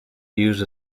used